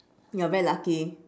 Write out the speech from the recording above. you're very lucky